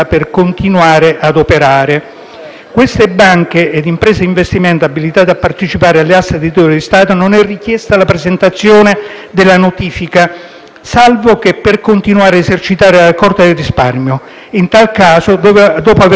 queste banche ed imprese di investimento abilitate a partecipare alle aste di titoli di Stato non è richiesta la presentazione della notifica, salvo che per continuare a esercitare la raccolta del risparmio. In tal caso, dopo aver presentato l'istanza di autorizzazione,